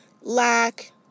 lack